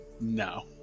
No